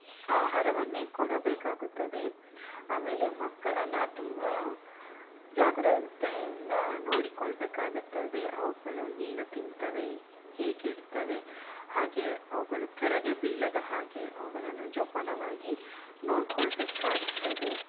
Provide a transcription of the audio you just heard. ಆಹಾರವನ್ನೇ ಕೊಡಬೇಕಾಗುತ್ತದೆ ಆಮೇಲೆ ಮಕ್ಕಳನ್ನು ತುಂಬ ಜಾಗ್ರತೆಯಿಂದ ನೋಡಿಕೊಳ್ಳಬೇಕಾಗುತ್ತದೆ ಅವುಗಳು ಏನು ತಿಂತವೆ ಹೇಗೆ ಇರ್ತವೆ ಹಾಗೆ ಅವುಗಳು ಕೆಳಗೆ ಬೀಳದ ಹಾಗೆ ಅವುಗಳನ್ನು ಜೋಪಾನವಾಗಿ ನೋಡಿಕೊಳ್ಬೇಬೇಕಾಗ್ತದೆ